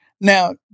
Now